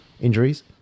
injuries